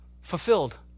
Fulfilled